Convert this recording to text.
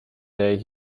day